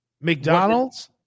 McDonald's